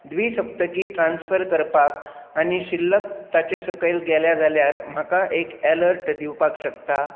द्विसप्तकी transfer करपाक आनी शिल्लक ताचे सकयल गेल्या जाल्यार म्हाका एक अलर्ट दिवपाक शकता